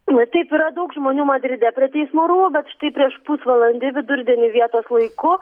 na taip yra daug žmonių madride prie teismo rūmų bet štai prieš pusvalandį vidurdienį vietos laiku